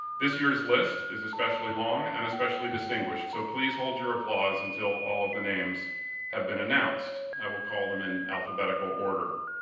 this year's list is especially long and especially distinguished, so please hold your applause until all of the names have been announced. i will call them in alphabetical order.